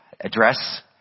address